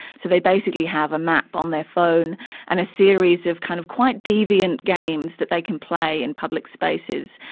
so they basically have a map on their phone and a series of kind of quite deviant games that they can play in public spaces,